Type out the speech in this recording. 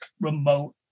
remote